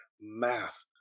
math